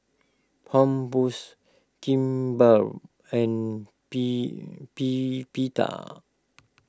Kimbap and P P Pita